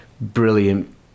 brilliant